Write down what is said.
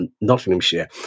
Nottinghamshire